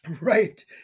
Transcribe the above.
Right